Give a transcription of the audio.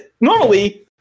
normally